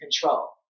control